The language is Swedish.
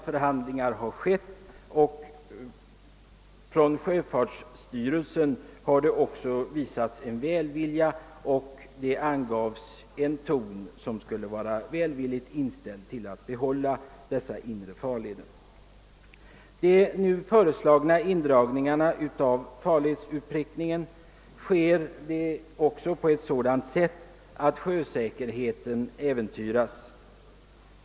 Förhandlingar har ägt rum, och sjöfartsstyrelsen har visat sig välvilligt inställd till att behålla dessa inre farleder. De nu föreslagna indragningarna av farledsutprickningen sker på ett sådant sätt att sjösäkerheten äventyras.